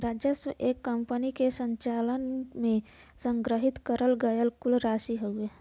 राजस्व एक कंपनी के संचालन में संग्रहित करल गयल कुल राशि हउवे